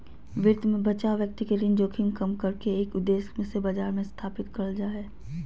वित्त मे बचाव व्यक्ति के ऋण जोखिम कम करे के उद्देश्य से बाजार मे स्थापित करल जा हय